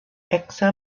eksa